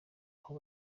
aho